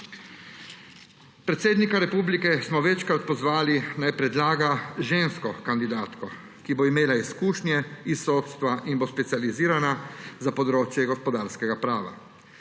Predsednika republike smo večkrat pozvali, naj predlaga žensko kandidatko, ki bo imela izkušnje iz sodstva in bo specializirana za področje gospodarskega prava.